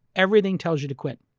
everything tells you to quit.